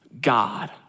God